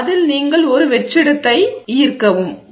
அதில் நீங்கள் ஒரு வெற்றிடத்தை ஈர்க்கவும் வரையவும்